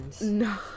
no